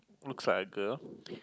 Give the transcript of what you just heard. looks like a girl